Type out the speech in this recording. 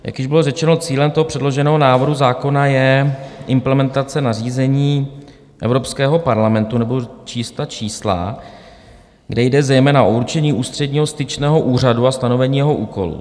Jak již bylo řečeno, cílem toho předloženého návrhu zákona je implementace nařízení Evropského parlamentu, nebudu číst ta čísla, kde jde zejména o určení ústředního styčného úřadu a stanovení jeho úkolu.